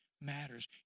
matters